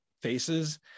faces